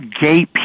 gay